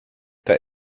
der